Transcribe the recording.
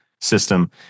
system